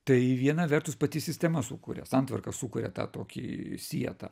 tai viena vertus pati sistema sukuria santvarka sukuria tą tokį sietą